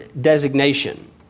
designation